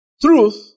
truth